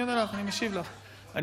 אתה לא חתמת, נכון?